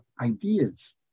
ideas